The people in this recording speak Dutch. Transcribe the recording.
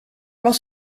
was